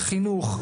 חינוך,